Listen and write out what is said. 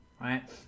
right